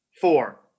Four